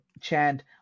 chant